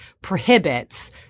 prohibits –